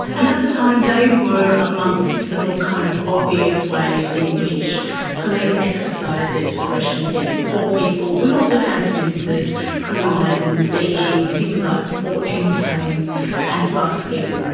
and at the time they were amongst the more kind of obvious ways in which police exercised their discretion against poor people. we also had offences criminalising begging, things like fortune-telling and busking.